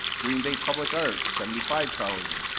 green bay public arts, seventy five thousand.